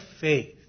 faith